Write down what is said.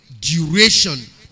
duration